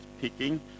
picking